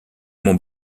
mon